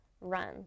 run